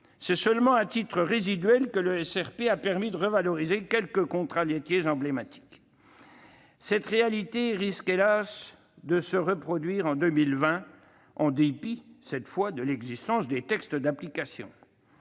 C'est seulement à titre résiduel que le SRP a permis de revaloriser quelques contrats laitiers emblématiques. Cette réalité risque, hélas, de se reproduire en 2020, en dépit de la publication des textes d'application.